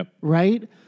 Right